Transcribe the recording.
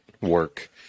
work